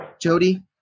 Jody